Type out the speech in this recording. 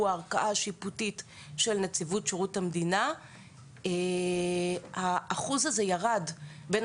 ערכאה שיפוטית של נציבות שירות המדינה אחוז הזה ירד בשנים